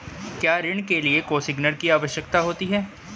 क्या ऋण के लिए कोसिग्नर की आवश्यकता होती है?